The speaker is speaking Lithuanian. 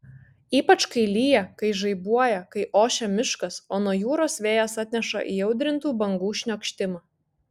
ypač kai lyja kai žaibuoja kai ošia miškas o nuo jūros vėjas atneša įaudrintų bangų šniokštimą